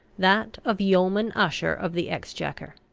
that of yeoman usher of the exchequer.